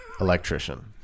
electrician